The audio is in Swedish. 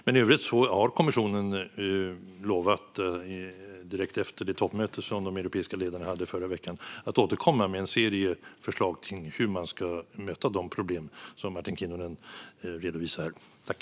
Men i övrigt har kommissionen lovat, direkt efter det toppmöte som de europeiska ledarna hade förra veckan, att återkomma med en serie förslag när det gäller hur man ska möta de problem som Martin Kinnunen talar om.